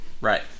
Right